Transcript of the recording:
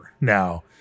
now